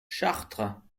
chartres